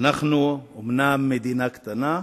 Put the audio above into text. אנחנו אומנם מדינה קטנה,